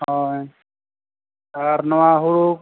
ᱦᱳᱭ ᱟᱨ ᱱᱚᱣᱟ ᱦᱳᱲᱳ